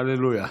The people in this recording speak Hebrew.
הללויה.